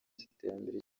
z’iterambere